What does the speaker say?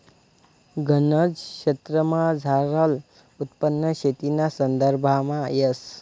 गनज क्षेत्रमझारलं उत्पन्न शेतीना संदर्भामा येस